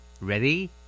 Ready